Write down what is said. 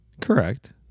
Correct